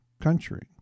country